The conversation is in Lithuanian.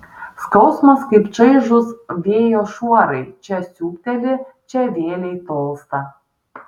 skausmas kaip čaižūs vėjo šuorai čia siūbteli čia vėlei tolsta